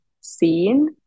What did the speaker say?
seen